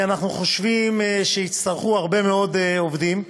אנחנו חושבים שיצטרכו הרבה מאוד עובדים,